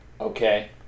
Okay